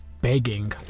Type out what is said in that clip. begging